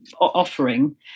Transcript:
offering